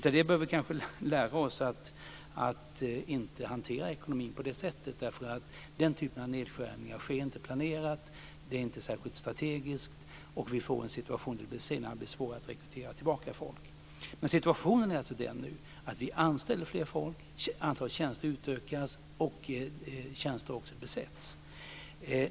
Av det bör vi kanske lära oss att inte hantera ekonomin på det sättet. Den typen av nedskärningar sker inte planerat, de är inte särskilt strategiska och vi får en situation där det senare blir svårare att rekrytera tillbaka folk. Nu är situationen den att vi anställer mer folk, antalet tjänster utökas och tjänster besätts också.